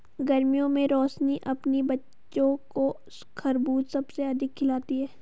गर्मियों में रोशनी अपने बच्चों को खरबूज सबसे अधिक खिलाती हैं